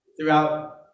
throughout